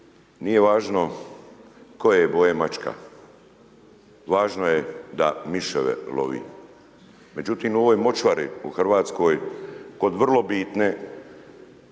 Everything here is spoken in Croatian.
nije važno koje je je boje mačka. Važno je da miševe lovi. Međutim u ovoj močvari u Hrvatskoj, kod vrlo bitne,